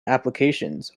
applications